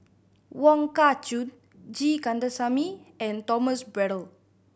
Wong Kah Chun G Kandasamy and Thomas Braddell